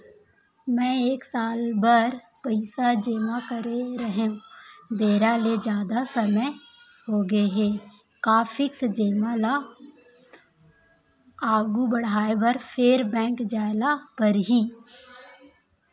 मैं एक साल बर पइसा जेमा करे रहेंव, बेरा ले जादा समय होगे हे का फिक्स जेमा ल आगू बढ़ाये बर फेर बैंक जाय ल परहि?